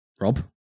Rob